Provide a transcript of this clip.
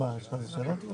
מספר 289